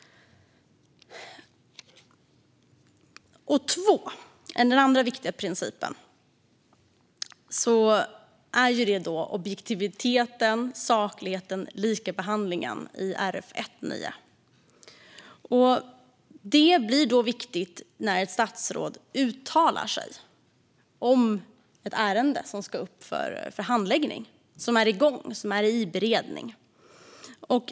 Den andra viktiga principen är objektivitet, saklighet och likabehandling, enligt 1 kap. 9 § regeringsformen. Det blir viktigt när ett statsråd uttalar sig om ett ärende som ska upp till handläggning - som är igång, som är under beredning.